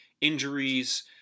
injuries